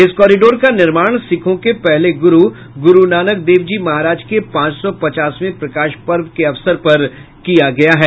इस कॉरिडोर का निर्माण सिखों के पहले गुरू गुरू नानक देव जी महाराज के पांच सौ पचासवें प्रकाश पर्व के अवसर पर किया गया है